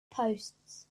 posts